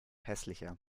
hässlicher